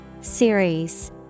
Series